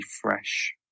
fresh